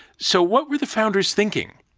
so what were the founders thinking?